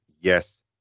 yes